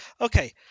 Okay